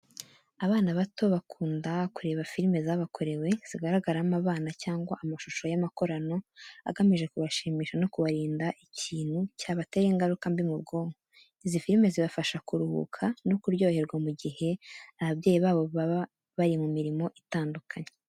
Abana bato bakunda kureba firime zabakorewe, zigaragaramo abana cyangwa amashusho y’amakorano agamije kubashimisha no kubarinda ikintu cyabatera ingaruka mbi mu bwonko. Izi filime zibafasha kuruhuka no kuryoherwa mu gihe ababyeyi babo baba bari mu mirimo itandukanye.